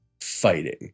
fighting